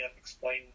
explain